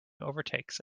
overtakes